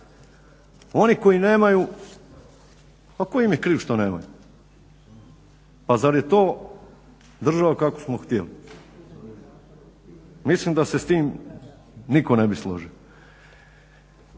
Oni koji nemaju pa tko im je kriv što nemaju? Pa zar je to država kakvu smo htjeli? Mislim da se s tim nitko ne bi složio.